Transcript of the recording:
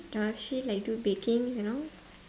does she like do baking you know